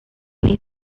need